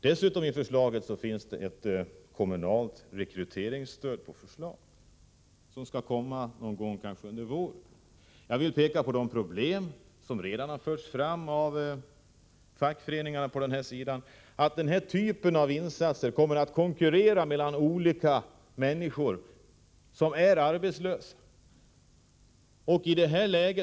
Dessutom finns i förslaget ett kommunalt rekryteringsstöd, som skall komma kanske någon gång under våren. Jag vill peka på de problem som fackföreningarna på den här sidan redan har fört fram. Den här typen av insatser kommer att skapa konkurrens mellan olika människor som är arbetslösa.